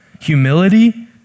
Humility